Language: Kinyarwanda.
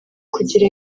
kugira